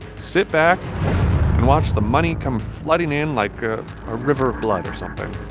sit back and watch the money come flooding in like a ah river of blood or something.